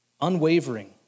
unwavering